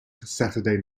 saturday